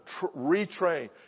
retrain